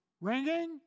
ringing